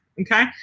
okay